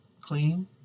clean